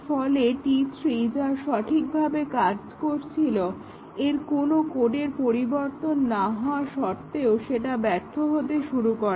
এরফলে T3 যা সঠিকভাবে কাজ করছিল এর কোনো কোডের পরিবর্তন না হওয়া সত্বেও সেটা ব্যর্থ হতে শুরু করে